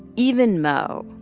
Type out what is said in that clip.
even mo,